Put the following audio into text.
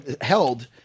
held